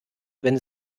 wenn